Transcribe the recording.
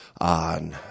on